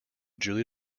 julie